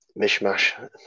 mishmash